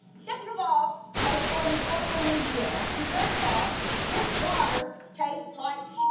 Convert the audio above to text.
second of all i was born in fort wayne, indiana. and third of all this water tastes like